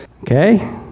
Okay